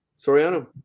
Soriano